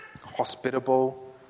hospitable